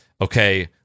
okay